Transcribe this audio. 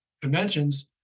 conventions